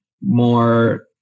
more